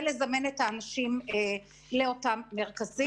ולזמן את האנשים לאותם מרכזים.